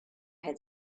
had